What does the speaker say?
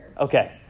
Okay